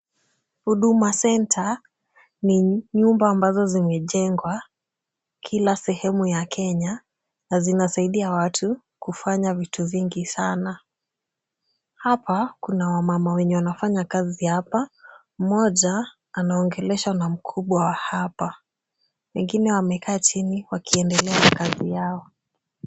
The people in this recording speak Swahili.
Huduma center ni nyumba ambazo zimejengwa kila sehemu ya Kenya na zinasaidia watu kufanya vitu vingi sana. Hapa kuna wamama wenye wanafanya kazi hapa, mmoja anaongeleshwa na mkubwa wa hapa. Wengine wamekaa chini wakiendelea na kazi yao.